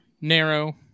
narrow